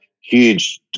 huge